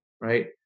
right